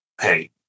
Hey